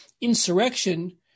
insurrection